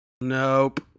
nope